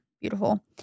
beautiful